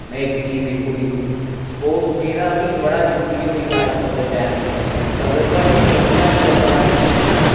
में इक चीज़ दिक्खी उड़ी स्पोर्टस जेह्ड़ा नी बड़ा जरूरी होई गेदा अज्जकल दे टैम उप्पर अगर तुआढ़े अंदर पढ़ाई दा कला नी हैन